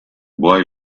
boy